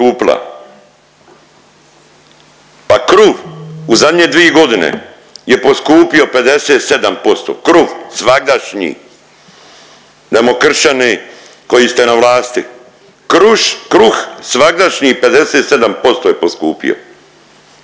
Pa kruh u zadnje dvije godine je poskupio 57%, kruh svagdašnji demokršćani koji ste na vlasti, kruh svagdašnji 57% je poskupio,